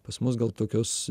pas mus gal tokios